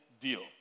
deal